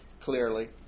clearly